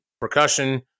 percussion